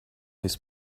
his